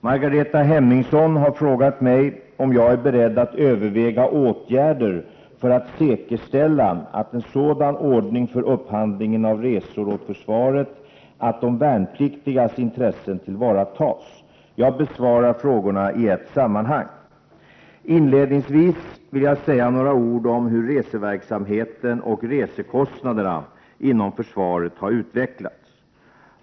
Margareta Hemmingsson har frågat mig om jag är beredd att överväga åtgärder för att säkerställa en sådan ordning för upphandlingen av resor åt försvaret att de värnpliktigas intressen tillvaratas. Jag besvarar frågorna i ett sammanhang. Inledningsvis vill jag säga några ord om hur reseverksamheten och resekostnaderna inom försvaret har utvecklats.